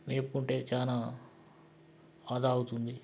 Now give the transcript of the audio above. మేపుకుంటే చాలా ఆదా అవుతుంది